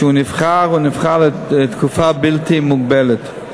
שנבחר, נבחר לתקופה בלתי מוגבלת.